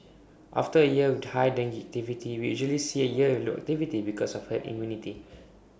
after A year with high dengue activity we usually see A year with low activity because of herd immunity